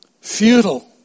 futile